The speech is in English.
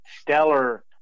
stellar